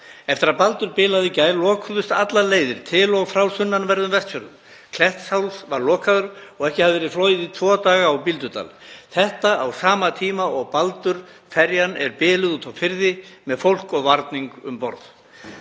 Eftir að Baldur bilaði í gær lokuðust allar leiðir til og frá sunnanverðum Vestfjörðum. Klettsháls var lokaður og ekki hefur verið flogið í tvo daga á Bíldudal. Þetta gerist á sama tíma og ferjan Baldur er biluð úti á firði með fólk og varning um borð.